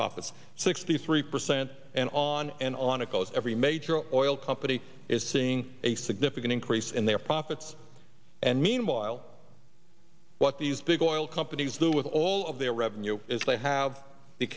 profits sixty three percent and on and on it goes every major oil company is seeing a significant increase in their profits and meanwhile what these big oil companies do with all of their revenue is they have the